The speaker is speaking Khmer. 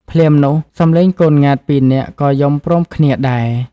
ភ្លាមនោះ សំលេងកូនង៉ែតពីរនាក់ក៏យំព្រមគ្នាដែរ ។